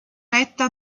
retta